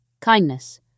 Kindness